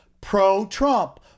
pro-Trump